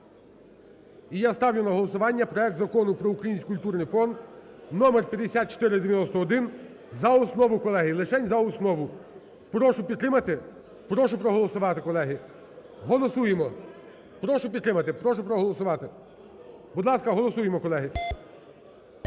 І я ставлю на голосування проект Закону про Український культурний фонд (№5491) за основу, колеги, лишень за основу. Прошу підтримати. Прошу проголосувати, колеги. Голосуємо. Прошу підтримати, прошу проголосувати. Будь ласка, голосуємо, колеги.